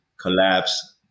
collapse